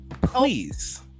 please